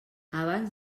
abans